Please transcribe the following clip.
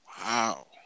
Wow